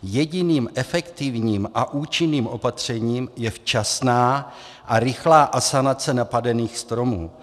Jediným efektivním a účinným opatřením je včasná a rychlá asanace napadených stromů.